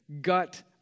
gut